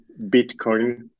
Bitcoin